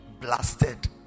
blasted